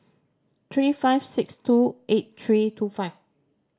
three five six two eight three two five